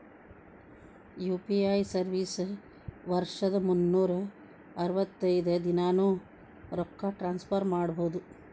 UPI service ವರ್ಷದ್ ಮುನ್ನೂರ್ ಅರವತ್ತೈದ ದಿನಾನೂ ರೊಕ್ಕ ಟ್ರಾನ್ಸ್ಫರ್ ಮಾಡ್ಬಹುದು